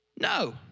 No